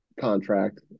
contract